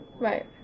Right